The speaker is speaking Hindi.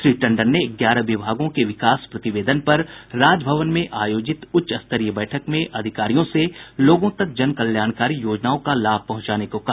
श्री टंडन ने ग्यारह विभागों के विकास प्रतिवेदन पर राजभवन में आयोजित उच्च स्तरीय बैठक में अधिकारियों से लोगों तक जनकल्याणकारी योजनाओं का लाभ पहुंचाने के कहा